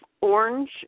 orange